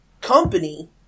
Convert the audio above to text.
company